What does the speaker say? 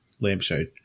lampshade